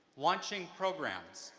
launching programs,